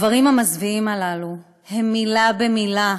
הדברים המזוויעים הללו הם מילה במילה